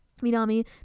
Minami